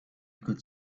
could